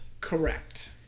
Correct